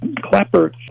Clapper